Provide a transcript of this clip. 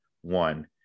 One